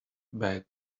back